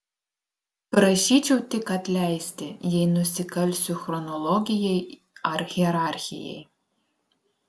prašyčiau tik atleisti jei nusikalsiu chronologijai ar hierarchijai